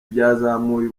byazamuye